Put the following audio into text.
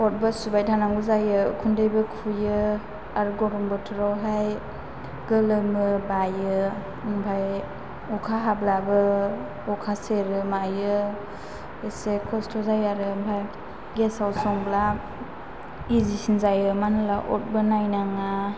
अरबो सुबाय थानांगौ जायो उखुन्दैबो खुयो आरो गरम बोथोराव हाय गोलोमो बायो ओमफ्राय अखा हाब्लाबो अखा सेरो मायो एसे खस्थ' जायो आरो ओमफ्राय गेसाव संब्ला इजि सिन जायो मानो होनब्ला अरबो नायनाङा